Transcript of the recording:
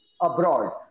abroad